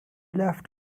left